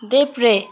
देब्रे